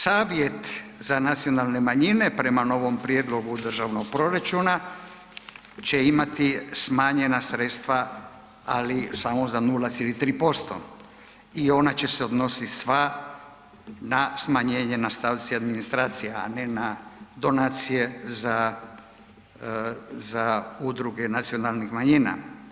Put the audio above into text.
Savjet za nacionalne manjine prema novom prijedlogu državnog proračuna će imati smanjena sredstva, ali samo za 0,3% i ona će se odnositi sva na smanjenje na stavci administracija, a ne na donacije za udruge nacionalnih manjina.